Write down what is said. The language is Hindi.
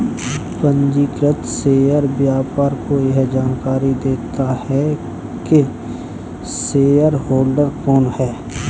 पंजीकृत शेयर व्यापार को यह जानकरी देता है की शेयरहोल्डर कौन है